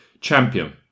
champion